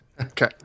Okay